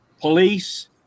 police